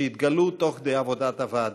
שהתגלו תוך כדי עבודת הוועדה.